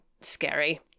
scary